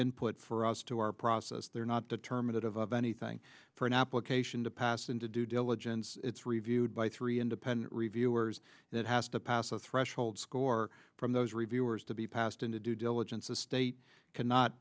input for us to our process they're not determinative of anything for an application to pass into due diligence it's reviewed by three independent reviewers that has to pass a threshold score from those reviewers to be passed in the due diligence of state cannot